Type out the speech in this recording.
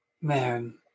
Man